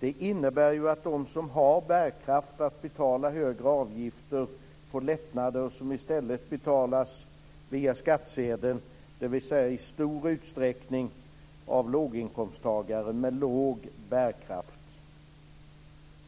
Det innebär att de som har bärkraft att betala högre avgifter får lättnader som i stället betalas via skattsedeln, dvs. i stor utsträckning av låginkomsttagare med låg bärkraft.